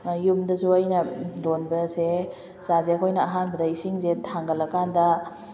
ꯌꯨꯝꯗꯁꯨ ꯑꯩꯅ ꯂꯣꯟꯕꯁꯦ ꯆꯥꯁꯦ ꯑꯩꯈꯣꯏꯅ ꯑꯍꯥꯟꯕꯗ ꯏꯁꯤꯡꯁꯦ ꯊꯥꯡꯒꯠꯂ ꯀꯥꯟꯗ